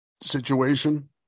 situation